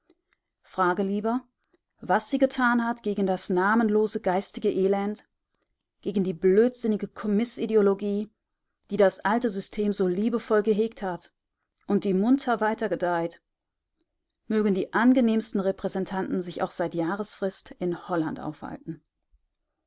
frage lieber was sie getan hat gegen das namenlose geistige elend gegen die blödsinnige kommißideologie die das alte system so liebevoll gehegt hat und die munter weiter gedeiht mögen die angenehmsten repräsentanten sich auch seit jahresfrist in holland aufhalten